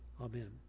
Amen